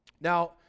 Now